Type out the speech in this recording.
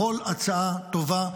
כל הצעה טובה,